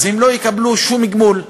לא יקבלו שום גמול.